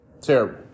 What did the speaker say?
Terrible